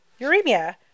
uremia